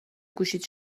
گوشیت